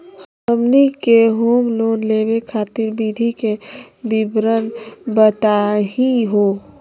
हमनी के home loan लेवे खातीर विधि के विवरण बताही हो?